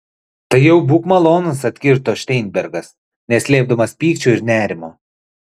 tai jau būk malonus atkirto šteinbergas neslėpdamas pykčio ir nerimo